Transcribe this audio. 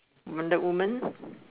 wonder woman